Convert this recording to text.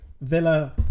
Villa